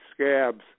scabs